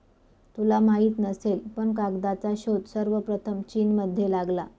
तुला माहित नसेल पण कागदाचा शोध सर्वप्रथम चीनमध्ये लागला